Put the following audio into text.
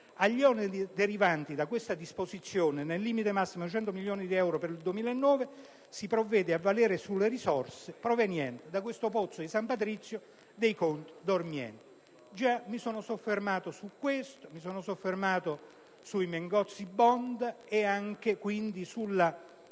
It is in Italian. Agli oneri derivanti da questa disposizione, nel limite massimo di 100 milioni di euro per il 2009, si provvede a valere sulle risorse provenienti da questo pozzo di San Patrizio dei conti dormienti. Già mi sono soffermato su questo, come sui "Mengozzi *bond*" e quindi sulla